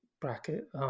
bracket